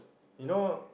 you know